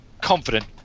confident